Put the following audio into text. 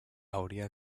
hauria